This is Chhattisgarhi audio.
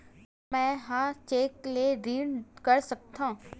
का मैं ह चेक ले ऋण कर सकथव?